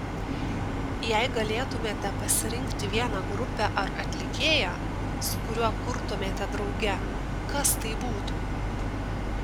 jei galėtumėte pasirinkti vieną grupę ar atlikėją su kuriuo kurtumėte drauge kas tai būtų